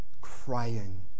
crying